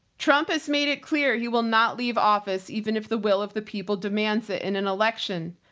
trump has made it clear he will not leave office, even if the will of the people demands it in an election.